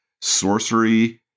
sorcery